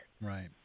Right